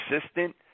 consistent